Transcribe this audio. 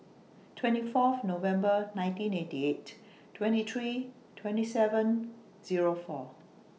twenty Fourth November nineteen ninety eight twenty three twenty seven four